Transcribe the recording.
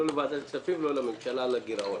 לוועדת כספים ולממשלה על הגירעון.